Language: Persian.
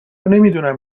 نمیدونم